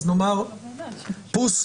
אז נאמר: פוס,